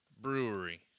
Brewery